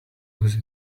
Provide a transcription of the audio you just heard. lose